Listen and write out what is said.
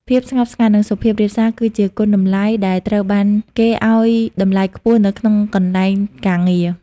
ភាពស្ងប់ស្ងាត់ និងសុភាពរាបសារ គឺជាគុណតម្លៃដែលត្រូវបានគេឱ្យតម្លៃខ្ពស់នៅក្នុងកន្លែងការងារ។